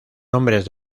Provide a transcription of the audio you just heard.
nombres